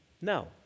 No